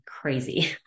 crazy